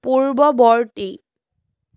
পূৰ্ৱবৰ্তী